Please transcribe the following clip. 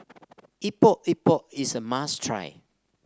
Epok Epok is a must try